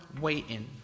waiting